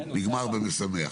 נגמר במשמח.